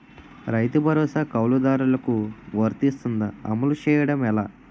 రైతు భరోసా కవులుదారులకు వర్తిస్తుందా? అమలు చేయడం ఎలా